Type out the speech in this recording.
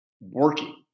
working